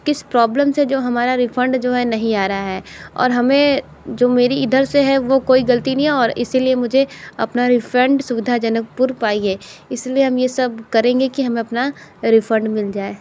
किस प्रॉब्लम से जो हमारा रिफ़ंड जो है नहीं आ रहा है और हमें जो मेरी इधर से है वो कोई ग़लती नहीं है और इसी लिए मुझे अपना रिफ़ंड सुविधाजनक पूर्व पाई है इस लिए हम ये सब करेंगे कि हमें अपना रिफ़ंड मिल जाए